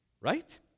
Right